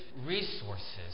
resources